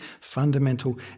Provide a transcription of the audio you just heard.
fundamental